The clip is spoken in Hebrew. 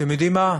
אתם יודעם מה,